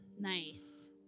Nice